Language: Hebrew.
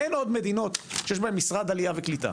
אין עוד מדינות שיש בהן משרד עלייה וקליטה.